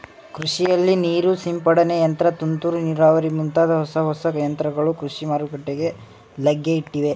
ಕೃಷಿಯಲ್ಲಿ ನೀರು ಸಿಂಪಡನೆ ಯಂತ್ರ, ತುಂತುರು ನೀರಾವರಿ ಮುಂತಾದ ಹೊಸ ಹೊಸ ಯಂತ್ರಗಳು ಕೃಷಿ ಮಾರುಕಟ್ಟೆಗೆ ಲಗ್ಗೆಯಿಟ್ಟಿವೆ